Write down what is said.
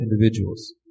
individuals